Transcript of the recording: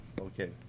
Okay